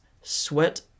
sweat